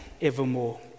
evermore